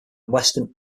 western